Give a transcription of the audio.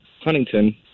huntington